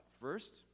First